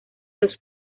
los